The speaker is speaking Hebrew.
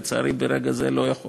לצערי, ברגע זה אני לא יכול